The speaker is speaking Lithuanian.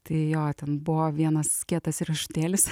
tai jo ten buvo vienas kietas riešutėlis